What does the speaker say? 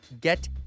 Get